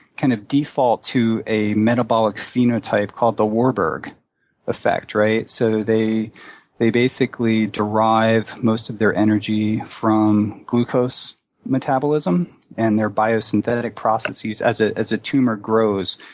kind of default to a metabolic phenotype called the warburg effect, right? so they they basically derive most of their energy from glucose metabolism. and their biosynthetic processes, as ah as a tumor grows,